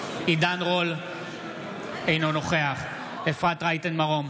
רול, אינו נוכח אפרת רייטן מרום,